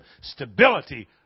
stability